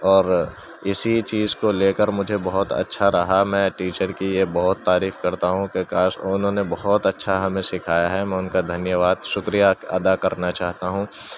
اور اسی چیز کو لے کر مجھے بہت اچھا رہا میں ٹیچر کی یہ بہت تعریف کرتا ہوں کہ کاش انہوں نے بہت اچھا ہمیں سکھایا ہے میں ان کا دھنیہ واد شکریہ ادا کرنا چاہتا ہوں